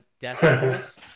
decimals